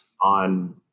on